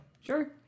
Sure